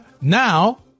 Now